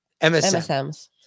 MSMs